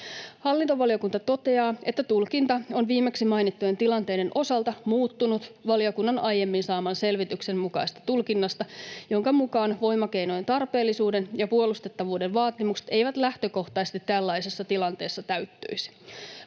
Hallintovaliokunta toteaa, että tulkinta on viimeksi mainittujen tilanteiden osalta muuttunut valiokunnan aiemmin saaman selvityksen mukaisesta tulkinnasta, jonka mukaan voimakeinojen tarpeellisuuden ja puolustettavuuden vaatimukset eivät lähtökohtaisesti tällaisessa tilanteessa täyttyisi.